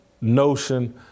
notion